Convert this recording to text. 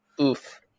Oof